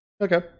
Okay